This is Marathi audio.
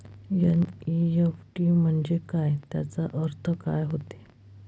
एन.ई.एफ.टी म्हंजे काय, त्याचा अर्थ काय होते?